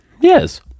Yes